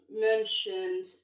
mentioned